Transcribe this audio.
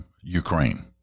Ukraine